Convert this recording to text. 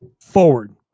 Forward